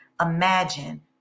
Imagine